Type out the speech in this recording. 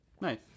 Nice